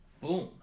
boom